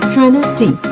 Trinity